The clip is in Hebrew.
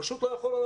פשוט לא יכול,